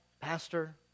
Pastor